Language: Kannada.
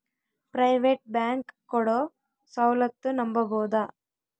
ಪ್ರೈವೇಟ್ ಬ್ಯಾಂಕ್ ಕೊಡೊ ಸೌಲತ್ತು ನಂಬಬೋದ?